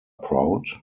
proud